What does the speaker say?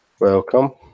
Welcome